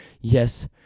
yes